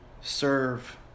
Serve